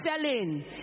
selling